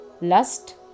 lust